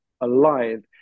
alive